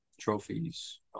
trophies